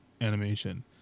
animation